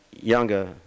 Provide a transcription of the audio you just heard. younger